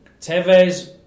Tevez